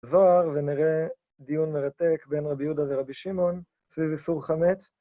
זוהר ונראה דיון מרתק בין רבי יהודה ורבי שמעון סביב איסור חמץ.